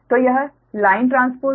तो यह line transpose है